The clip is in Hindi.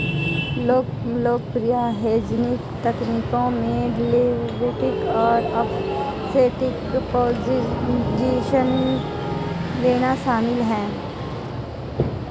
लोकप्रिय हेजिंग तकनीकों में डेरिवेटिव में ऑफसेटिंग पोजीशन लेना शामिल है